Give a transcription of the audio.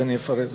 ואני אפרט אותו.